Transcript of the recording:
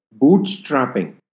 bootstrapping